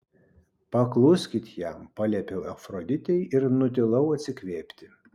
pakluskit jam paliepiau afroditei ir nutilau atsikvėpti